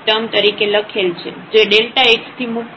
term તરીકે લખેલ છે જે x થી મુક્ત છે